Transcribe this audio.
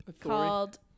called